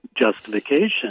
justification